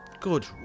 good